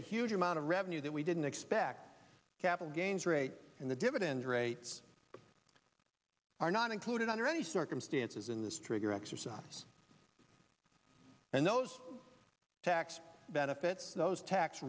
a huge amount of revenue that we didn't expect capital gains rate in the dividends rates are not included under any circumstances in this trigger exercise and those tax benefits those tax